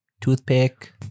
toothpick